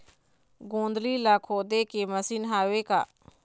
गोंदली ला खोदे के मशीन हावे का?